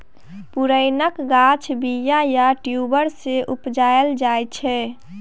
पुरैणक गाछ बीया या ट्युबर सँ उपजाएल जाइ छै